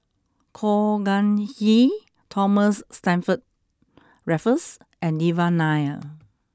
Khor Ean Ghee Thomas Stamford Raffles and Devan Nair